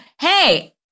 hey